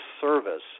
service